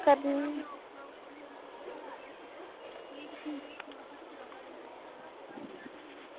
करनी